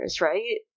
Right